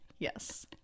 Yes